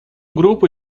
grupo